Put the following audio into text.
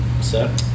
Sir